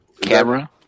Camera